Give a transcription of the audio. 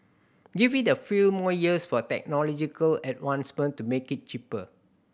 give it a few more years for technological advancement to make it cheaper